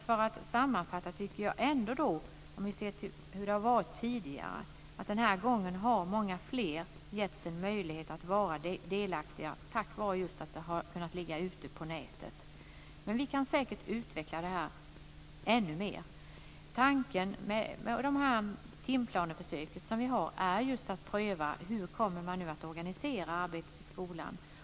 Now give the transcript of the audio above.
För att sammanfatta tycker jag ändå, om vi ser till hur det har varit tidigare, att den här gången har många fler getts en möjlighet att vara delaktiga tack vare att förslaget kunde ligga ute på nätet. Vi kan säkert utveckla det ännu mer. Tanken med det timplaneförsök som vi gör är just att pröva hur man nu kommer att organisera arbetet i skolan.